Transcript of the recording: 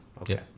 Okay